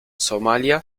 somalia